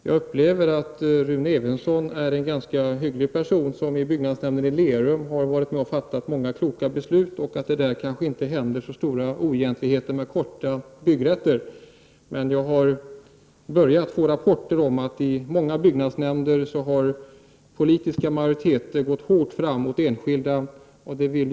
Jag upplever att Rune Evensson är en ganska hygglig person som i byggnadsnämnden i Lerum har varit med om att fatta många kloka beslut. Där händer det kanske inte så stora oegentligheter med korta byggrätter. Men jag har börjat få rapporter om att i många byggnadsnämnder har den politiska majoriteten gått hårt fram mot enskilda markägare.